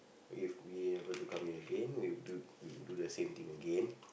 if we ever to come here again we we will do the same thing again